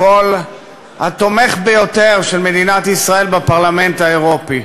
הקול התומך ביותר של מדינת ישראל בפרלמנט האירופי.